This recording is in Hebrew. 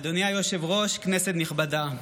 אדוני היושב-ראש, כנסת נכבדה,